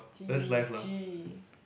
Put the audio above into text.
g_g